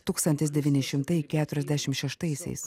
tūkstantis devyni šimtai keturiasdešim šeštaisiais